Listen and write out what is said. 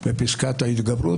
בפסקת ההתגברות,